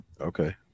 okay